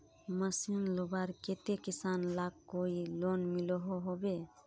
Machine लुबार केते किसान लाक कोई लोन मिलोहो होबे?